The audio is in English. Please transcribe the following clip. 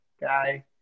guy